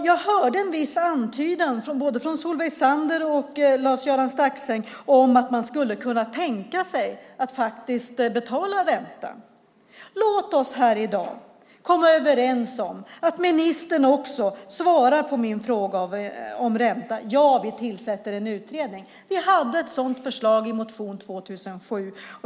Jag hörde en viss antydan från både Solveig Zander och Lars-Arne Staxäng om att man skulle kunna tänka sig att betala ränta. Låt oss här i dag komma överens om att ministern också svarar på min fråga om räntan, det vill säga ja till att tillsätta en utredning. Vi hade ett sådant förslag i en motion 2007.